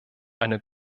eine